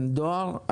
כן, דואר.